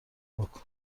بـکـن